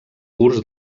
curs